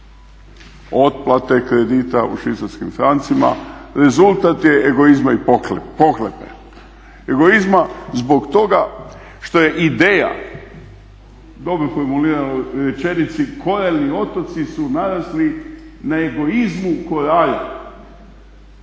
otplate kredita u švicarskim francima rezultat je egoizma i pohlepe, egoizma zbog toga što je ideja u dobro formuliranoj rečenici koraljni otoci su narasli na egoizmu koralja.